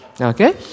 Okay